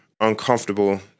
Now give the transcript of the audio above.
uncomfortable